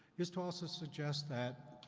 is to also suggest that,